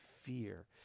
fear